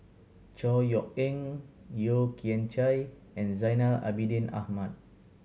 Chor Yeok Eng Yeo Kian Chai and Zainal Abidin Ahmad